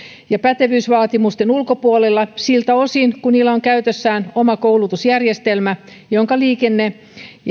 ja pätevyysvaatimusten ulkopuolelle siltä osin kuin niillä on käytössään oma koulutusjärjestelmä jonka liikenne